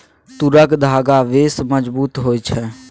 तूरक धागा बेस मजगुत होए छै